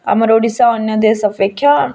ଆମର୍ ଓଡ଼ିଶା ଅନ୍ୟ ଦେଶ୍ ଅପେକ୍ଷା